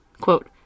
Quote